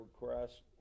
request